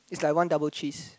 is like one double cheese